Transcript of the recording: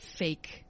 Fake